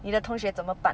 你的同学怎么办